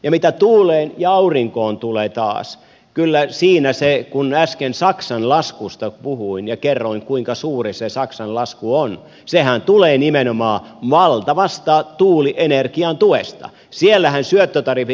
ja mitä tuuleen ja aurinkoon tulee taas kun äsken saksan laskusta puhuin ja kerroin kuinka suuri se saksan lasku on se laskuhan tulee nimenomaan valtavasta tuulienergian tuesta siellä hän syö tota rivi